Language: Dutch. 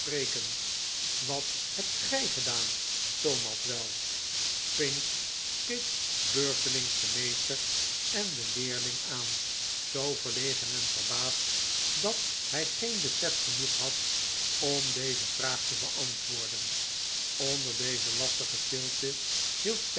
wat hebt g ij gedaan thomas wel pinch keek beurtelings den meester en den leerling aan zoo verlegen en verbaasd dat hij geen besef genoeg had om deze vraag te beantwoorden onder deze lastige stilte